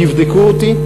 תבדקו אותי,